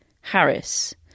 Harris